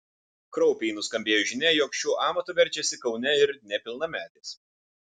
kraupiai nuskambėjo žinia jog šiuo amatu verčiasi kaune ir nepilnametės